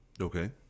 Okay